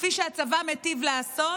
כפי שהצבא מיטיב לעשות,